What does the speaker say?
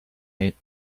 hate